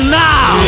now